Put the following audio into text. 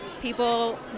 People